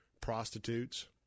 prostitutes